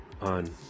on